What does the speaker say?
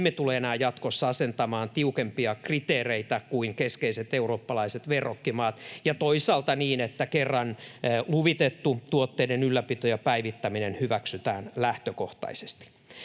emme tule enää jatkossa asentamaan tiukempia kriteereitä kuin keskeiset eurooppalaiset verrokkimaat, ja toisaalta niin, että kerran luvitettu tuotteiden ylläpito ja päivittäminen hyväksytään lähtökohtaisesti.